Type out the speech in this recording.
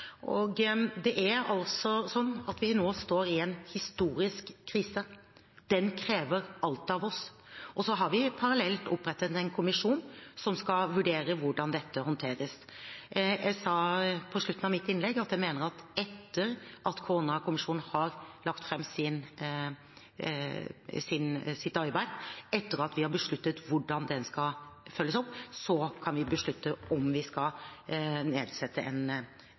det er tidspunktet for det. Vi står nå i en historisk krise. Den krever alt av oss. Parallelt har vi opprettet en kommisjon som skal vurdere hvordan dette håndteres. Jeg sa på slutten av mitt innlegg at jeg mener at etter at koronakommisjonen har lagt fram sitt arbeid, etter at vi har besluttet hvordan det skal følges opp, kan vi beslutte om vi skal nedsette en kommisjon som det man foreslår her. Jeg tror jeg må understreke at en